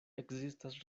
ekzistas